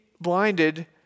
blinded